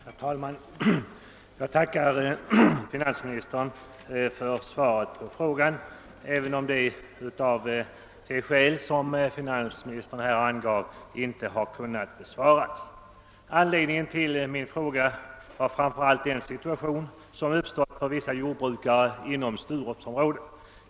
Herr talman! Jag tackar finansministern för svaret, även om min fråga av det skäl som finansministern angav inte har besvarats. Anledningen till min fråga var framför allt den situation som uppstått för vissa jordbrukare inom Sturupområdet.